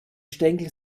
stängel